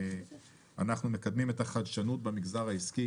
אנחנו מקדמים את החדשנות במגזר העסקי.